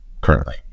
currently